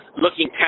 looking